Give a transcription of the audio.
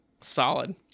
solid